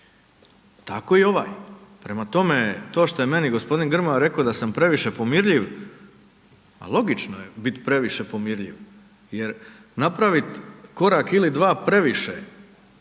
Tako i ovaj. Prema tome, to šta je meni g. Grmoja rekao da sam previše pomirljiv, logično je bit previše pomirljiv jer napravit korak ili dva previše, postaje